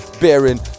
Bearing